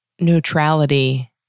neutrality